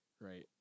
right